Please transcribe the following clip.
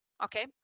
Okay